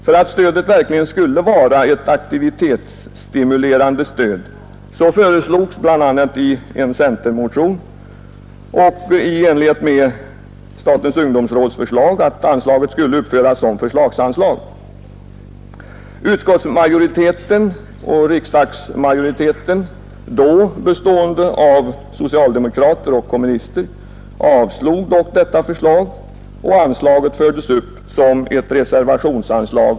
För att stödet verkligen skulle vara aktivitetsstimulerande föreslogs bl.a. i en centermotion och i enlighet med statens ungdomsråds förslag att ifrågavarande anslag skulle uppföras som förslagsanslag. Utskottsmajoriteten och riksdagsmajoriteten, då bestående av socialdemokrater och kommunister, avslog dock det yrkandet och anslaget fördes upp som ett reservationsanslag.